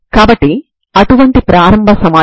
కాబట్టి మీరు n 123